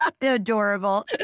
adorable